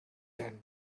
werden